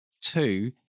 Two